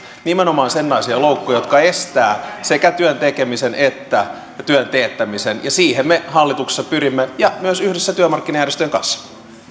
nimenomaan sellaisia loukkuja jotka estävät sekä työn tekemisen että työn teettämisen siihen me hallituksessa pyrimme ja myös yhdessä työmarkkinajärjestöjen kanssa